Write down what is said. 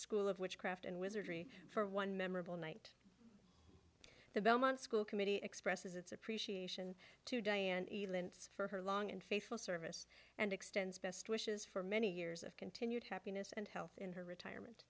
school of witchcraft and wizardry for one memorable night the belmont school committee expresses its appreciation for her long and faithful service and extends best wishes for many years of continued happiness and health in her retirement